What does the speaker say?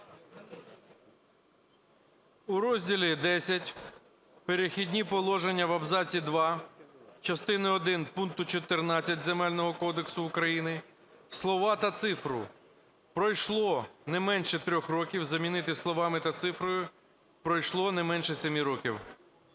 У розділі Х "Перехідні положення" в абзаці 2 частини один пункту 14 Земельного кодексу України слова та цифру "пройшло не менше 3 років" замінити словами та цифрою "пройшло не менше 7 років".